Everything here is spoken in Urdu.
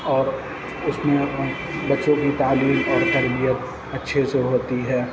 اور اُس میں بچوں کی تعلیم اور تربیت اچھے سے ہوتی ہے